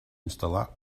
instal·lar